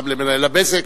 גם למנהל הבזק,